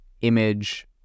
image